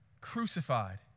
crucified